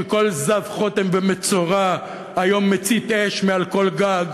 שכל זב חוטם ומצורע היום מצית אש מעל כל גג.